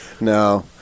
No